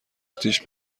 آتیش